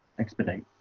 expedite